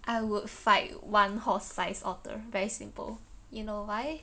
I would fight one horse-sized otter very simple you know why